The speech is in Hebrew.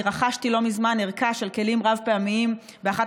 אני רכשתי לא מזמן ערכה של כלים רב-פעמיים באחת